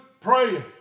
Praying